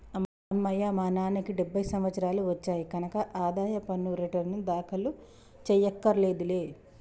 అమ్మయ్యా మా నాన్నకి డెబ్భై సంవత్సరాలు వచ్చాయి కనక ఆదాయ పన్ను రేటర్నులు దాఖలు చెయ్యక్కర్లేదులే